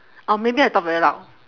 oh maybe I talk very loud